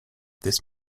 this